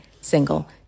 single